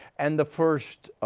and the first,